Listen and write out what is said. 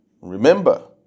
Remember